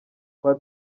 kwa